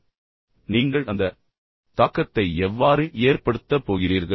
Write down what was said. இப்போது நீங்கள் அந்த தாக்கத்தை எவ்வாறு ஏற்படுத்தப் போகிறீர்கள்